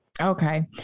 Okay